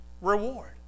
reward